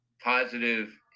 positive